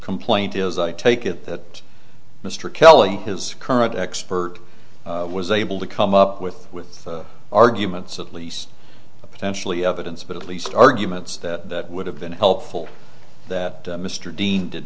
complaint is i take it that mr kelly his current expert was able to come up with with arguments at least potentially evidence but at least arguments that would have been helpful that mr dean did